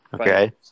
Okay